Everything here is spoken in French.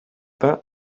pas